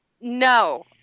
No